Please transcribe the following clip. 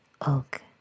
oak